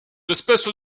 espèces